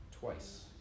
twice